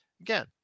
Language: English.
again